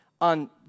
on